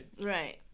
Right